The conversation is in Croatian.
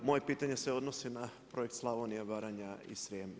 Moje pitanje se odnosi na projekt Slavonija, Baranja i Srijem.